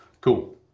Cool